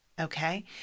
Okay